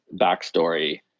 backstory